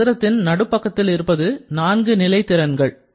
இங்கே நடுவில் இருப்பது நான்கு நிலை திறன்கள்